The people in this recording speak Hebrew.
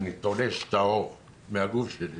אני תולש את העור מן הגוף שלי